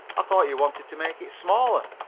thought you wanted to make it smaller,